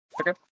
Okay